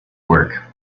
work